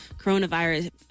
coronavirus